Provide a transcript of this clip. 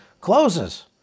closes